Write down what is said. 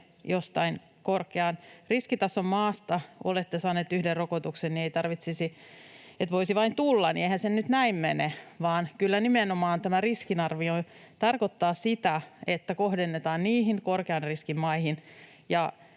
jostain korkean riskitason maasta, olette saaneet yhden rokotuksen, niin voisi vain tulla — että eihän se nyt näin mene, vaan kyllä tämä riskinarvio tarkoittaa nimenomaan sitä, että kohdennetaan korkean riskin maihin